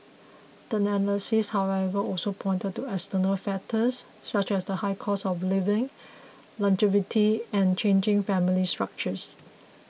the analysts however also pointed to external factors such as the higher cost of living longevity and changing family structures